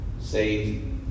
saved